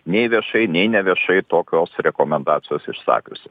nei viešai nei neviešai tokios rekomendacijos išsakiusi